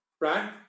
right